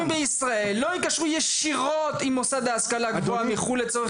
בישראל לא ייקשרו ישירות עם מוסד ההשכלה הגבוהה מחו"ל לצורך